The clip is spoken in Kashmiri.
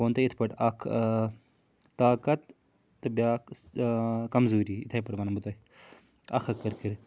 بہٕ وَنہٕ تۄہہِ یِتھ پٲٹھۍ اکھ طاقت تہٕ بیٛاکھ کمزوٗری یِتھَے پٲٹھۍ وَنہٕ بہٕ تۄہہِ اَکھ اَکھ کٔرۍ کٔرِتھ